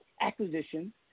acquisition